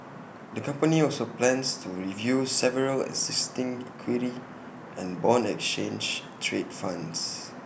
the company also plans to review several existing equity and Bond exchange trade funds